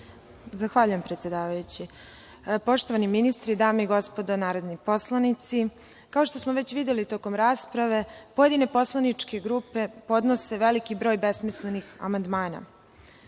Zahvaljujem predsedavajući. Poštovani ministri, dame i gospodo narodni poslanici, kao što smo već videli tokom rasprave, pojedine poslaničke grupe podnose veliki broj besmislenih amandmana. Mi